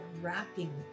wrapping